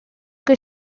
che